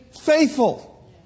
faithful